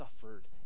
suffered